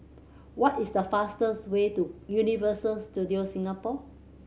what is the fastest way to Universal Studios Singapore